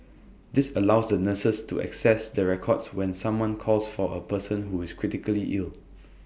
this allows the nurses to access the records when someone calls for A person who is critically ill